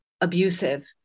abusive